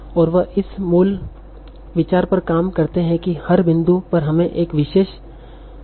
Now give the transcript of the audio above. और वह इस मूल विचार पर काम करते हैं कि हर बिंदु पर हमें एक विशेष विभाजन चुनना होगा